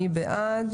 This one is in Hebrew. מי בעד?